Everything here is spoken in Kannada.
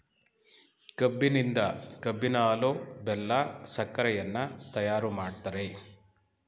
ಕಬ್ಬಿನಿಂದ ಕಬ್ಬಿನ ಹಾಲು, ಬೆಲ್ಲ, ಸಕ್ಕರೆಯನ್ನ ತಯಾರು ಮಾಡ್ತರೆ